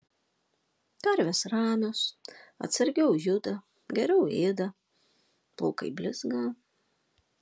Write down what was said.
karvės ramios atsargiau juda geriau ėda plaukai blizga